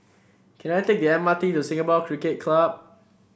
can I take the M R T to Singapore Cricket Club